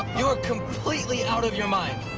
you are completely out of your mind.